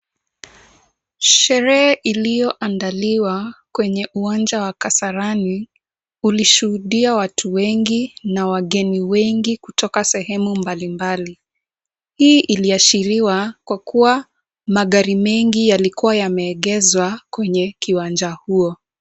Sherehe iliyoandiliwa kwenye uwanja wa Kasarani ulishuhudia watu wengi na wageni wengi kutoka sehemu mbalimbali. Hii iliashiriwa kwa kuwa magari mengi yalikuwa yameegezwa kwenye kiwanja huo.